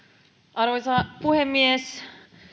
arvoisa puhemies